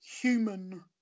human